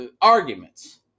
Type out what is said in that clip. arguments